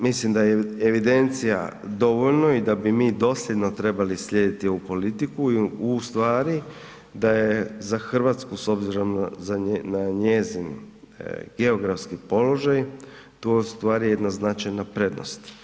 Mislim da je evidencija dovoljno i da bi mi dosljedno trebali slijediti ovu politiku, u stvari da je za Hrvatsku s obzirom na njezin geografski položaj to u stvari jedna značajna prednost.